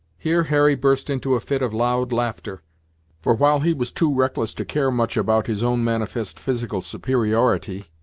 here hurry burst into a fit of loud laughter for while he was too reckless to care much about his own manifest physical superiority,